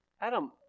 Adam